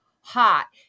hot